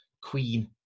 Queen